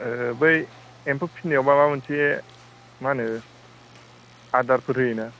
बै एम्फौ फिसिनायाव माबा मोनसे मा होनो आदारफोर होयो ना